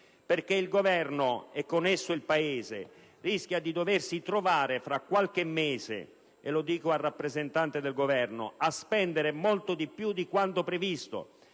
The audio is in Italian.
il Governo, e con esso il Paese, rischia di doversi trovare fra qualche mese - e mi rivolgo al rappresentante del Governo - a spendere molto di più di quanto previsto